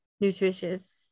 nutritious